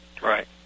Right